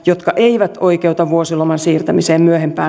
jotka eivät oikeuta vuosiloman siirtämiseen myöhempään ajankohtaan työntekijällä